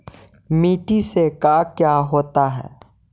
माटी से का क्या होता है?